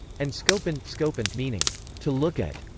and skopein skopein meaning to look at.